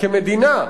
כמדינה,